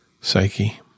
psyche